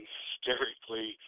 hysterically